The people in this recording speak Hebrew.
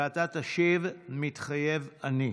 ואתה תשיב: "מתחייב אני".